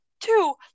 Two